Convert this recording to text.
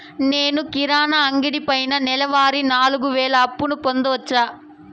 నేను కిరాణా అంగడి పైన నెలవారి నాలుగు వేలు అప్పును పొందొచ్చా?